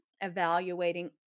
evaluating